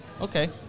Okay